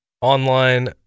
online